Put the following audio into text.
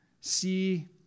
see